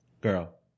girl